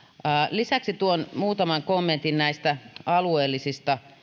lisäksi tuon muutaman kommentin näistä alueellisista